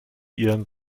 ihren